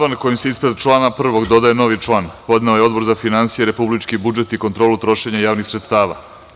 Amandman kojim se ispred člana 1. dodaje novi član, podneo je Odbor za finansije, republički budžet i kontrolu trošenja javnih sredstava.